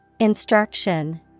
Instruction